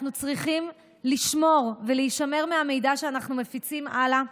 צריכים לשמור ולהישמר מהמידע שאנחנו מפיצים הלאה,